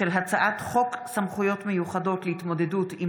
של הצעת חוק סמכויות מיוחדות להתמודדות עם